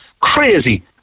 Crazy